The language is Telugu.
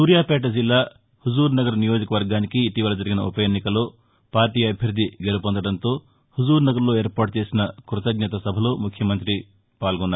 సూర్యాపేట జిల్లా హుజూర్నగర్ నియోజకవర్గానికి ఇటీవల జరిగిన ఉపఎన్నికలో పార్లీ అభ్యర్లి గెలుపొందటంతో హుజూర్నగర్లో ఏర్పాటు చేసిన కృతజ్ఞత సభలో ముఖ్యమంత్రి పాల్గొన్నారు